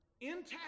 intact